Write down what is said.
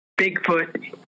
Bigfoot